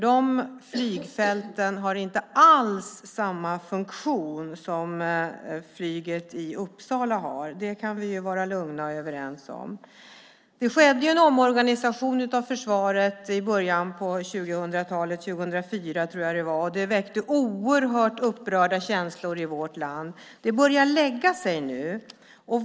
De flygfälten har inte alls samma funktion som de i Uppsala har. Det kan vi lugnt vara överens om. Det skedde en omorganisation av försvaret i början av 2000-talet, 2004 tror jag att det var. Det väckte oerhört upprörda känslor i vårt land. Det börjar lägga sig nu.